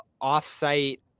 off-site